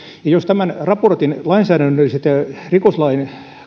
ja jos tämän raportin lainsäädännölliset ja rikoslain